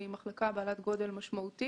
ניירות ערך היא מחלקה בעלת גודל משמעותי.